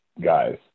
guys